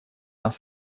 над